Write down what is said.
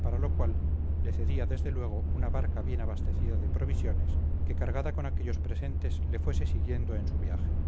para lo cual le cedía desde luego una barca bien abastecida de provisiones que cargada con aquellos presentes le fuese siguiendo en su viaje